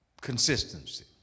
Consistency